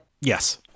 Yes